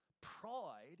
Pride